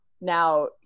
now